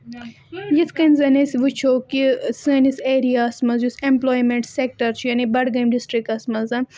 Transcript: یِتھ کٔنۍ زَن أسۍ وٕچھو کہِ سٲنِس ایریا ہَس منٛز یُس ایٚمپلایمیٚنٛٹ سٮ۪کٹَر چھِ یعنی بڈگٲمۍ ڈِسٹِرٛکَس منٛز